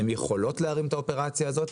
הן יכולות להרים את האופרציה הזאת,